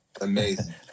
Amazing